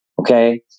Okay